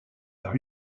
par